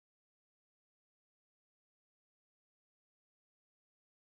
okay I didn't think this then I put bendemeer first then raffles girls' second